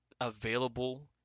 available